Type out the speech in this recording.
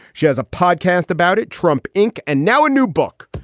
she has a podcast about it, trump inc. and now a new book,